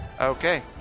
Okay